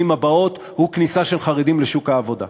הבאות הוא כניסה של חרדים לשוק העבודה,